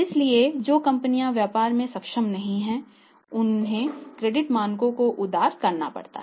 इसलिए जो कंपनियां व्यापार करने में सक्षम नहीं हैं उनके क्रेडिट मानकों को उदार करना पड़ता है